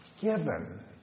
given